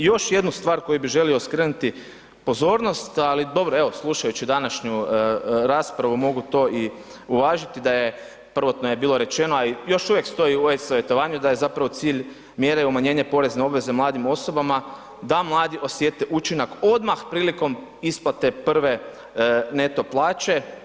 Još jednu stvar kojom bi želio skrenuti pozornost ali dobro, smo slušajući današnju raspravu, mogu to i uvažiti da je prvotno je bilo rečeno a i još uvijek stoji u e-savjetovanju da je zapravo cilj mjere umanjenje porezne obveze mladim osobama da mladi osjete učinak odmah prilikom isplate prve neto plaće.